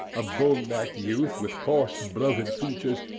a bull-necked youth with coarse bloated features,